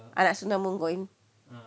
anak going